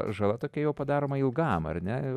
žala tokia jau padaroma ilgam ar ne